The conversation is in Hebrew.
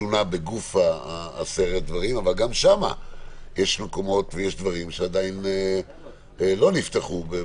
אבל גם שם יש דברים שעדיין לא נפתחו.